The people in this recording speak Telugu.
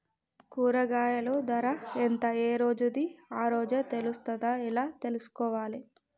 కూరగాయలు ధర ఎంత ఏ రోజుది ఆ రోజే తెలుస్తదా ఎలా తెలుసుకోవాలి?